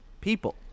people